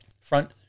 front